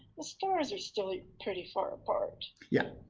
the stars are still pretty far apart. yeah.